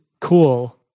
cool